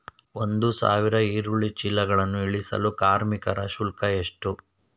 ಒಂದು ಸಾವಿರ ಈರುಳ್ಳಿ ಚೀಲಗಳನ್ನು ಇಳಿಸಲು ಕಾರ್ಮಿಕರ ಶುಲ್ಕ ಎಷ್ಟು?